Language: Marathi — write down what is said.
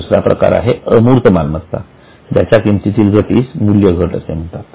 दुसरा प्रकार आहे अमूर्त मालमत्ता ज्याच्या किमतीतील घटीस मूल्यघट असे म्हणतात